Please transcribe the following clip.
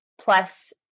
plus